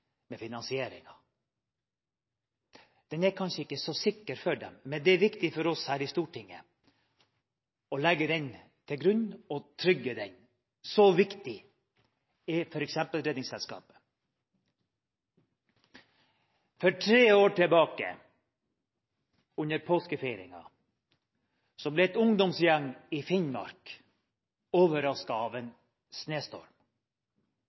finansiering. Den er kanskje ikke så sikker for dem, men det er viktig for oss her i Stortinget å legge den til grunn og trygge den. Så viktig er f.eks. Redningsselskapet. For tre år siden, under påskefeiringen, ble en ungdomsgjeng i Finnmark overrasket av en